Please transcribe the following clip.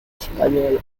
española